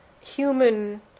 human